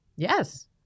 Yes